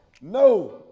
No